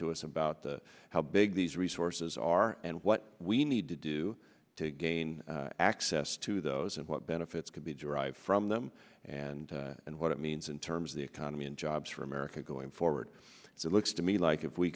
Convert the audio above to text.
to us about how big these resources are and what we need to do to gain access to those and what benefits can be derived from them and and what it means in terms of the economy and jobs for america going forward so it looks to me like if we